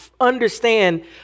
understand